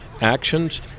actions